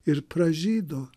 ir pražydo